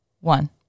one